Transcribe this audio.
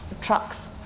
trucks